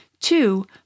Two